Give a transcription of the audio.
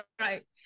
right